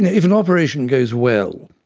if an operation goes well,